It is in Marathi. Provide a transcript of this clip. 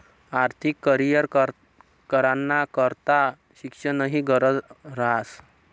आर्थिक करीयर कराना करता शिक्षणनी गरज ह्रास